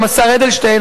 השר אדלשטיין,